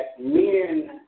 men